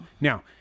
Now